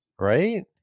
Right